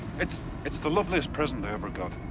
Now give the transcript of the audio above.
it's it's the loveliest present i ever got.